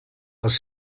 els